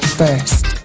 first